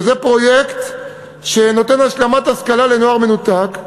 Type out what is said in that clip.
שזה פרויקט שנותן השלמת השכלה לנוער מנותק.